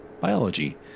biology